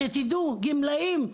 גמלאים,